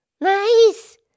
Nice